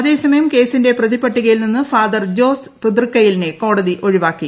അതേസമയം കേസിന്റെ പ്രതിപട്ടികയിൽ നിന്നും ഫാദർ ജോസ് പുതൃക്കയിലിനെ കോടതി ഒഴിവാക്കി